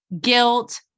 guilt